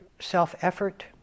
self-effort